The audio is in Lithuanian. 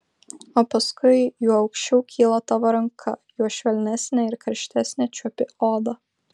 o paskui juo aukščiau kyla tavo ranka juo švelnesnę ir karštesnę čiuopi odą